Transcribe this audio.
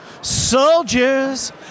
soldiers